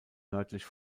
nördlich